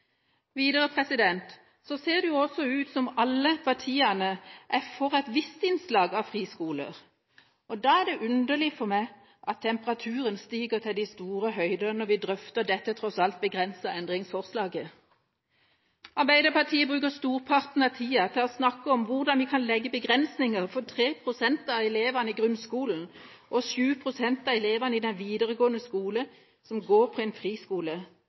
Videre ser det også ut som alle partiene er for et visst innslag av friskoler, og da er det underlig for meg at temperaturen stiger til de store høyder når vi drøfter dette tross alt begrensede endringsforslaget. Arbeiderpartiet bruker storparten av tida til å snakke om hvordan vi kan legge begrensninger for de 3 pst. av elevene i grunnskolen og 7 pst. av elevene i den videregående skole som går på en friskole,